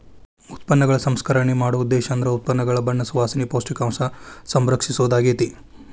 ಉತ್ಪನ್ನಗಳ ಸಂಸ್ಕರಣೆ ಮಾಡೊ ಉದ್ದೇಶೇಂದ್ರ ಉತ್ಪನ್ನಗಳ ಬಣ್ಣ ಸುವಾಸನೆ, ಪೌಷ್ಟಿಕಾಂಶನ ಸಂರಕ್ಷಿಸೊದಾಗ್ಯಾತಿ